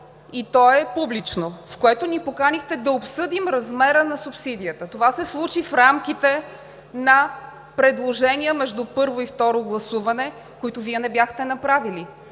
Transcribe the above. и то е публично, в което ни поканихте да обсъдим размера на субсидията. Това се случи в рамките на предложенията между първо и второ гласуване, каквито Вие не бяхте направили.